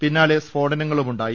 പിന്നാലെ സ്ഫോടനങ്ങളുമുണ്ടായി